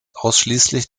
ausschließlich